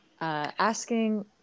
asking